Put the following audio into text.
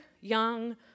young